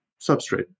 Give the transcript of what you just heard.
substrate